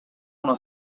una